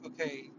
okay